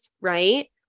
right